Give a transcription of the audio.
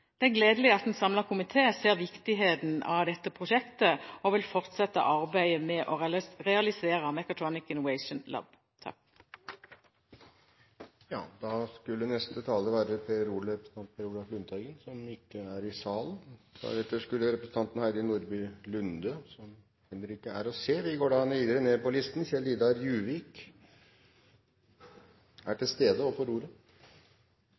Det er gledelig at en samlet komité ser viktigheten av dette prosjektet og vil fortsette arbeidet med å realisere Mechatronic Innovation Lab. Neste taler skulle være representanten Per Olaf Lundteigen – som ikke er i salen. Deretter skulle det være representanten Heidi Nordby Lunde – som heller ikke er å se. Presidenten går da videre på listen. Representanten Kjell-Idar Juvik er til stede og får ordet.